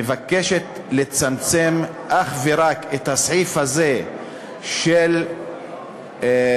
שמבקשת לצמצם אך ורק את הסעיף הזה של ענישה